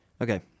Okay